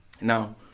Now